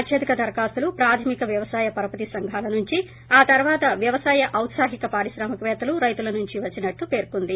అత్యధిక దరఖాస్తులు ప్రాథమిక వ్యవసాయ పరపతి సంఘాల నుంచి ఆ తర్వాత వ్యవసాయ ఔత్పాహిక పారిశ్రామికపేత్తలు రైతుల నుంచి వచ్చినట్లు పర్కొంది